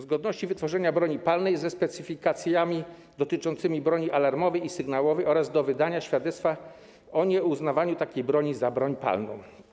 zgodności wytworzenia broni palnej ze specyfikacjami dotyczącymi broni alarmowej i sygnałowej oraz do wydawania świadectwa o nieuznawaniu takiej broni za broń palną.